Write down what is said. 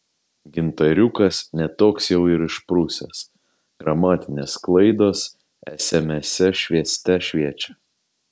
gintariukas ne toks jau ir išprusęs gramatinės klaidos esemese švieste šviečia